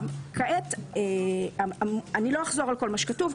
כעת אני לא אחזור על כול מה שכתוב,